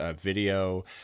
video